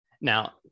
now